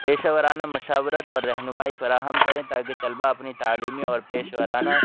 پیشہ ورانہ مشاورت اور رہنمائی فراہم کریں تاکہ طلبہ اپنی تعلیمی اور پیشہ ورانہ